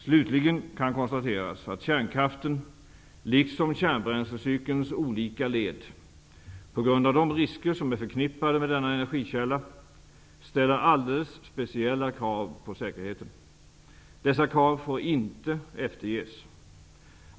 Slutligen kan konstateras att kärnkraften, liksom kärnbränslecykelns olika led, på grund av de risker som är förknippade med denna energikälla, ställer alldeles speciella krav på säkerheten. Dessa krav får inte efterges.